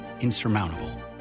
insurmountable